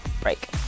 break